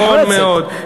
נכון מאוד.